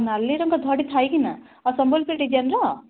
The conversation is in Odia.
ନାଲି ରଙ୍ଗ ଧଡ଼ି ଥାଏ କି ନା ହଁ ସମ୍ବଲପୁରୀ ଡିଜାଇନର